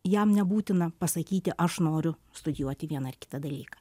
jam nebūtina pasakyti aš noriu studijuoti vieną ar kitą dalyką